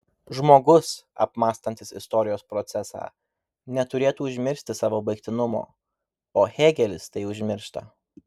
žmogus apmąstantis istorijos procesą neturėtų užmiršti savo baigtinumo o hėgelis tai užmiršta